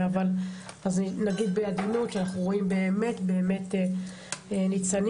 אז נגיד בעדינות שאנחנו רואים באמת באמת ניצנים,